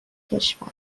کشور